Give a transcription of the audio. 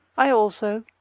i also,